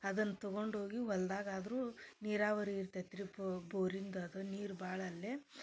ಅದನ್ನು ತೊಗೊಂದು ಹೋಗಿ ಒಲ್ದಾಗ ಆದರೂ ನೀರಾವರಿ ಇರ್ತೈತೆ ರೀ ಬೋರಿಂದದು ನೀರು ಭಾಳ ಅಲ್ಲೇ